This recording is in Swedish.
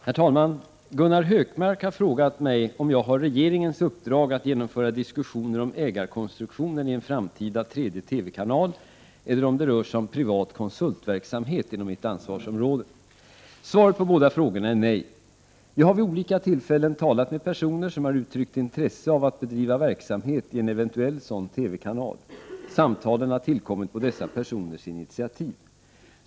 Herr talman! Gunnar Hökmark har frågat mig om jag har regeringens uppdrag att genomföra diskussioner om ägarkonstruktionen i en framtida tredje TV-kanal eller om det rör sig om privat konsultverksamhet inom mitt ansvarsområde. 35 Svaret på båda frågorna är nej. Jag har vid olika tillfällen talat med personer som har uttryckt intresse av att bedriva verksamhet i en eventuell sådan TV-kanal. Samtalen har tillkommit på dessa personers initiativ.